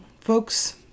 folks